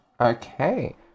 Okay